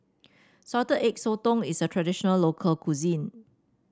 Salted Egg Sotong is a traditional local cuisine